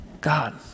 God